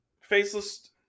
faceless